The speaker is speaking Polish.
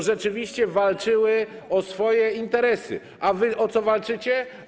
Rzeczywiście walczyły o swoje interesy, a wy o co walczycie?